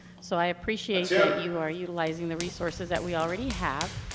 so, i appreciate that you are utilizing the resources that we already have.